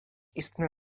istne